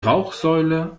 rauchsäule